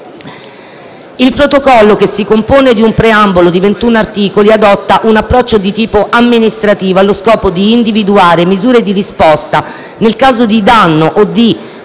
Il Protocollo, che si compone di un preambolo e di 21 articoli, adotta un approccio di tipo amministrativo allo scopo di individuare misure di risposta nel caso di danno o di